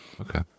Okay